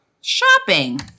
Shopping